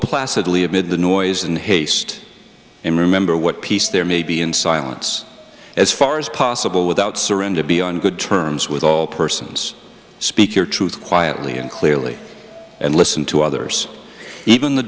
placidly amid the noise in haste and remember what peace there may be in silence as far as possible without surrender be on good terms with all persons speak your truth quietly and clearly and listen to others even the